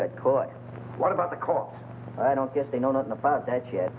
got caught what about the cops i don't guess they know nothing about that yet